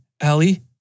Allie